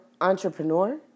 Entrepreneur